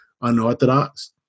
unorthodox